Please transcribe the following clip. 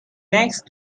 next